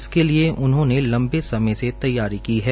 इसके लिए उन्होंने लंबे समय से तैयारी की है